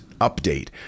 update